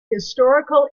historical